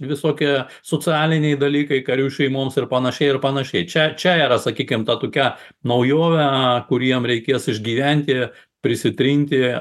visokie socialiniai dalykai karių šeimoms ir panašiai ir panašiai čia čia yra sakykim ta tokia naujovė kuriem reikės išgyventi prisitrinti